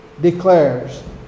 declares